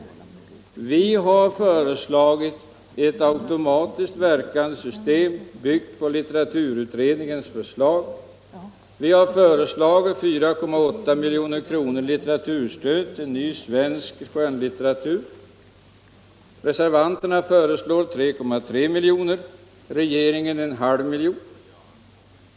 Vi i utskottsmajoriteten har föreslagit ett automatiskt verkande system, byggt på litteraturutredningens förslag. Vi har föreslagit 4,8 milj.kr. till stöd för ny svensk skönlitteratur — reservanterna föreslår 3,3 miljoner och regeringen en halv miljon.